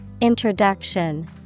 Introduction